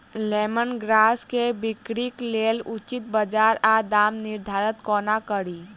Lemon grass केँ बिक्रीक लेल उचित बजार आ दामक निर्धारण कोना कड़ी?